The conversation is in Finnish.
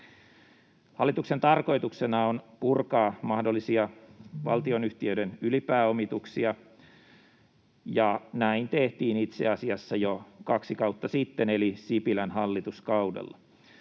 Hallituksen tarkoituksena on purkaa mahdollisia valtionyhtiöiden ylipääomituksia. Näin tehtiin itse asiassa jo kaksi kautta sitten eli Sipilän hallituskaudella.